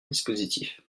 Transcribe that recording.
dispositif